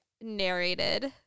narrated